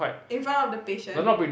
in front of the patient